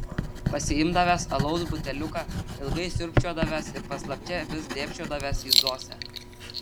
pasiimdavęs alaus buteliuką ilgai siurbčiodavęs ir paslapčia vis dėbčiodavęs į zosę